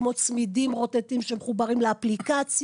כמו צמידים רוטטים שמחוברים לאפליקציה.